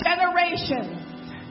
generations